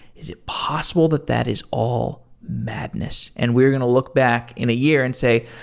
is it possible that that is all madness? and we're going to look back in a year and say,